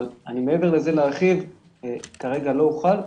אבל מעבר לזה כרגע לא אוכל להרחיב.